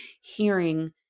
hearing